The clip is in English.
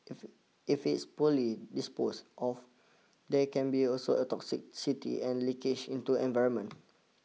if it's poorly disposed of there can be also toxicity and leakage into the environment